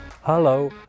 Hello